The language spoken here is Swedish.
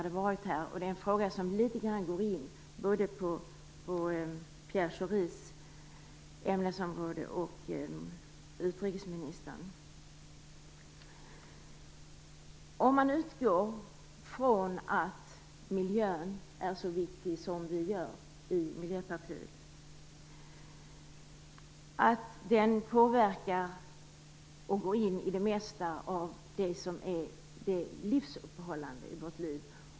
Det är en fråga som litet grand går in både på Pierre Schoris ämnesområde och på utrikesministerns. Låt oss utgå från att miljön är viktig, som vi gör i Miljöpartiet, att den påverkar och går in i det mesta av det som är livsuppehållande i vårt liv.